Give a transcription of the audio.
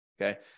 Okay